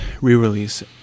re-release